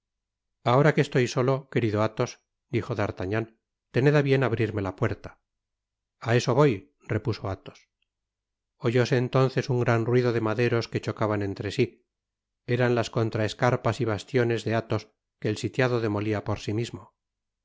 ahora que estoy solo querido atuos dijo d'artagnan tened á bien abrirme la puerta a eso voy repuso athos oyóse entonces un gran ruido de maderos que chocaban entre si eran las contraescarpas y bastiones de athos que el sitiado demolia por si mismo un